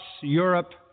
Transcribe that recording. Europe